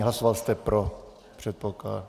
Hlasoval jste pro, předpokládám.